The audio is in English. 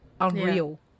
unreal